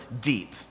deep